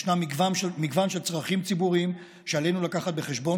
ויש מגוון של צרכים ציבוריים שעלינו להביא בחשבון